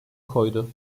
koydu